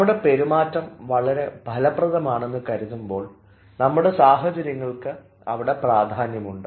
നമ്മുടെ പെരുമാറ്റം വളരെ ഫലപ്രദമാണ് എന്ന് കരുതുമ്പോൾ നമ്മുടെ സാഹചര്യങ്ങൾക്കും അവിടെ പ്രാധാന്യമുണ്ട്